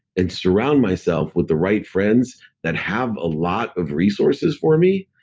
and surround myself with the right friends that have a lot of resources for me,